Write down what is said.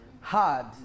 hard